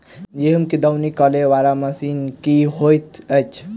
गेंहूँ केँ दौनी करै वला मशीन केँ होइत अछि?